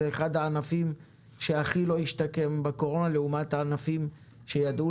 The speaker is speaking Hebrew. זה אחד הענפים שלא השתקם בקורונה לעומת ענפים אחרים שידעו